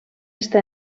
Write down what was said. està